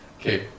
okay